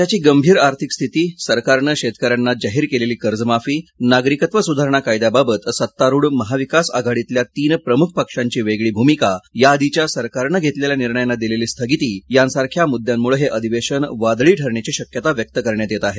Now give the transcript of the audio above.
राज्याची गंभीर आर्थिक स्थिती सरकारनं शेतकऱ्यांना जाहीर केलेली कर्जमाफी नागरिकत्व सुधारणा कायद्याबाबबत सत्तारुढ महाविकास आघाडीतल्या तीन प्रमुख पक्षांची वेगळी भूमिका याआधीच्या सरकारनं घेतलेल्या निर्णयांना दिलेली स्थगिती यासारख्या मृद्दयांमुळे हे अधिवेशन वादळी ठरण्याची शक्यता व्यक्त करण्यात येत आहे